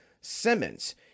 Simmons